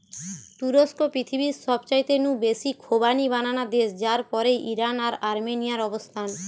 তুরস্ক পৃথিবীর সবচাইতে নু বেশি খোবানি বানানা দেশ যার পরেই ইরান আর আর্মেনিয়ার অবস্থান